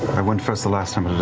i went first the last time.